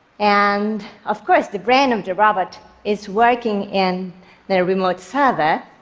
and, of course, the brain of the robot is working in the remote server.